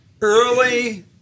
early